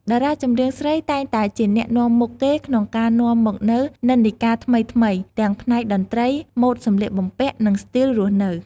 តារាចម្រៀងស្រីតែងតែជាអ្នកនាំមុខគេក្នុងការនាំមកនូវនិន្នាការថ្មីៗ ទាំងផ្នែកតន្ត្រី ម៉ូដសម្លៀកបំពាក់ និងស្ទីលរស់នៅ។